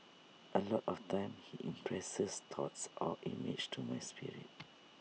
A lot of times he impresses thoughts or images to my spirit